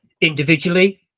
individually